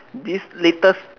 this latest